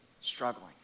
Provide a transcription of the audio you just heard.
struggling